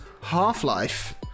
Half-Life